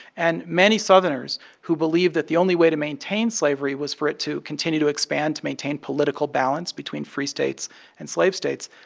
and many southerners who believed that the only way to maintain slavery was for it to continue to expand to maintain political balance between free states and slave states